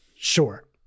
Sure